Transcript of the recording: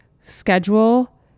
schedule